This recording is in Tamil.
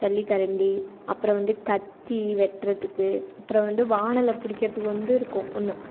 ஜல்லி கரண்டி அப்புறம் வந்து கத்தி வெட்டுறதுக்கு அப்புறம் வந்து வானல்ல பிடிக்கிறதுக்கு வந்து இருக்கும் ஒன்று